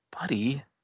Buddy